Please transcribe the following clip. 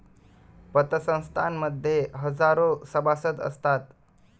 पतसंस्थां मध्ये हजारो सभासद असतात